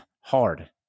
hard